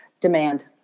demand